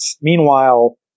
Meanwhile